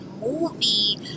movie